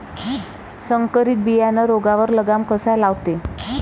संकरीत बियानं रोगावर लगाम कसा लावते?